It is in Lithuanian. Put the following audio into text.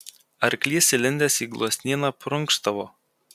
arklys įlindęs į gluosnyną prunkštavo